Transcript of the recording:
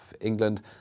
England